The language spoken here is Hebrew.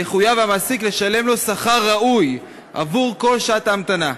יחויב המעסיק לשלם לו שכר ראוי עבור כל שעת המתנה.